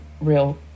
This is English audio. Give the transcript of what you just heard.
real